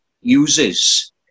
uses